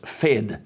fed